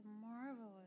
marvelous